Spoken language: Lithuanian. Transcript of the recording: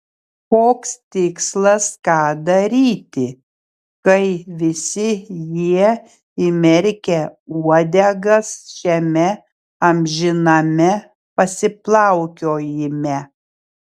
koks tikslas tą daryti kai visi jie įmerkę uodegas šiame amžiname pasiplaukiojime